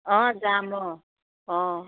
অঁ যাম অঁ অঁ